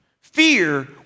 Fear